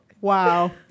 Wow